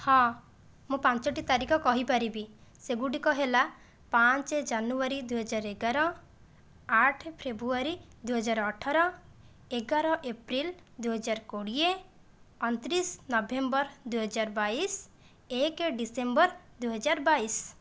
ହଁ ମୁଁ ପାଞ୍ଚଟି ତାରିଖ କହିପାରିବି ସେଗୁଡ଼ିକ ହେଲା ପାଞ୍ଚ ଜାନୁଆରୀ ଦୁଇହଜାର ଏଗାର ଆଠ ଫେବୃଆରୀ ଦୁଇହଜାର ଅଠର ଏଗାର ଏପ୍ରିଲ ଦୁଇହଜାର କୋଡ଼ିଏ ଅଣତିରିଶ ନଭେମ୍ବର ଦୁଇହଜାର ବାଇଶ ଏକ ଡ଼ିସେମ୍ବର ଦୁଇହଜାର ବାଇଶ